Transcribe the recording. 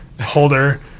holder